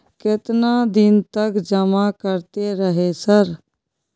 केतना दिन तक जमा करते रहे सर?